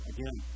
Again